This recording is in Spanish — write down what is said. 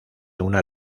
una